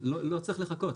לא צריך לחכות,